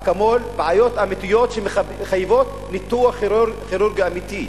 אקמול בעיות אמיתיות שמחייבות ניתוח כירורגי אמיתי.